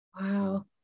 Wow